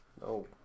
No